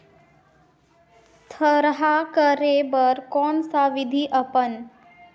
थरहा करे बर कौन सा विधि अपन?